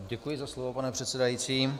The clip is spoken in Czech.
Děkuji za slovo, pane předsedající.